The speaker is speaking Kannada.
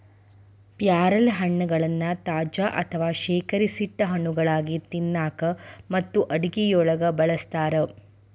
ಪ್ಯಾರಲಹಣ್ಣಗಳನ್ನ ತಾಜಾ ಅಥವಾ ಶೇಖರಿಸಿಟ್ಟ ಹಣ್ಣುಗಳಾಗಿ ತಿನ್ನಾಕ ಮತ್ತು ಅಡುಗೆಯೊಳಗ ಬಳಸ್ತಾರ